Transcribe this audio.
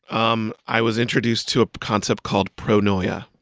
um i was introduced to a concept called pronoia.